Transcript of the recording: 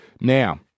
Now